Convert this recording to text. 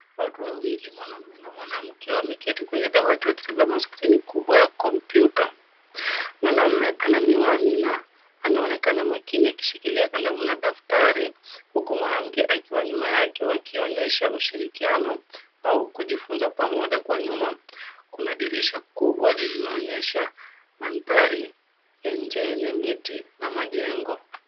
Watu wawili, mwanaume na mwanamke wameketi kwenye dawati wakitazama skrini kubwa ya kompyuta. Mwanaume ana miwani na anaonekana makini akishikilia kalamu na daftari huku mwanamke akiwa nyuma yake, wakionyesha ushirikiano au kujifunza pamoja. Kwa nyuma, kuna dirisha kubwa lililoonyesha mandhari ya nje yenye miti na majengo.